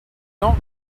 not